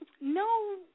no